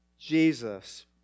Jesus